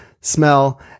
smell